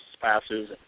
passes